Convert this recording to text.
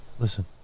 Listen